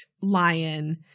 Lion